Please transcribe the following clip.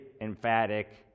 emphatic